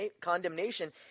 condemnation